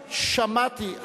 שמעתי,